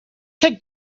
take